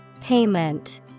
Payment